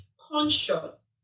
conscious